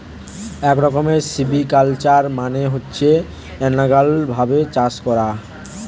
এক রকমের সিভিকালচার মানে হচ্ছে এনালগ ভাবে চাষ করা